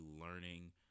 learning